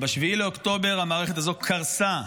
וב-7 באוקטובר המערכת הזו קרסה,